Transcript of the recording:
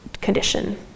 condition